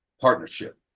partnership